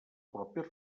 propis